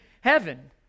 heaven